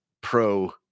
pro –